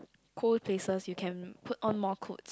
cold places you can put on more clothes